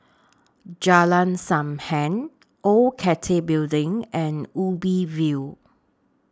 Jalan SAM Heng Old Cathay Building and Ubi View